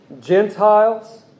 Gentiles